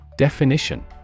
Definition